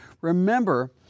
Remember